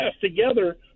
together